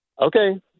Okay